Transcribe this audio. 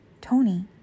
Tony